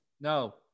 No